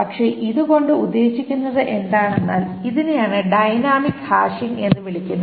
പക്ഷേ ഇതുകൊണ്ട് ഉദ്ദേശിക്കുന്നത് എന്താണെന്നാൽ ഇതിനെയാണ് ഡൈനാമിക് ഹാഷിംഗ് എന്ന് വിളിക്കുന്നത്